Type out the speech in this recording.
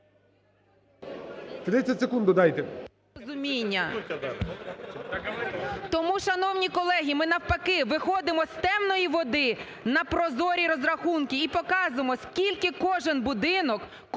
Тому, шановні колеги, навпаки, ми виходимо з темної води на прозорі розрахунки і показуємо скільки кожен будинок,